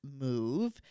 move